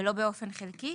ולא באופן חלקי.